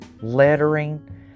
lettering